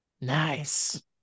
nice